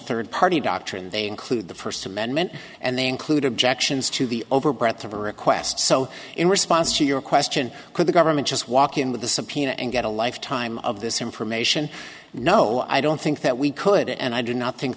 third party doctrine they include the first amendment and they include objections to the over breath of a request so in response to your question could the government just walk in with a subpoena and get a lifetime of this information no i don't think that we could and i do not think